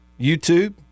YouTube